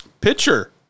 Pitcher